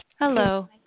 Hello